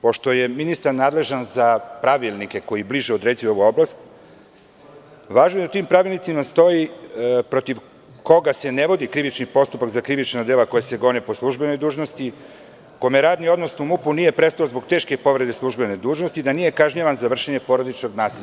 Pošto je ministar nadležan za pravilnike koji bliže određuju ovu oblast, važno je da u tim pravilnicima stoji protiv koga se ne vodi krivični postupak za krivična dela koja se gone po službenoj dužnosti, kome radni odnos u MUP nije prestao zbog teške povrede službene dužnosti i da nije kažnjavan za vršenje porodičnog nasilja.